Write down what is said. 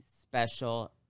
special